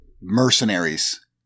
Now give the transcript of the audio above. mercenaries